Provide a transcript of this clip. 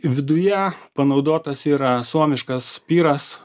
viduje panaudotas yra suomiškas pyras